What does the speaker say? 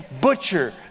butcher